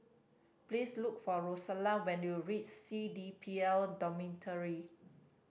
please look for Rosella when you reach C D P L Dormitory